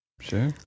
sure